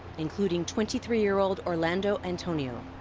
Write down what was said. including twenty three year old orlando antonio.